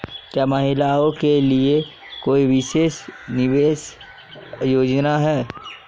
क्या महिलाओं के लिए कोई विशेष निवेश योजना है?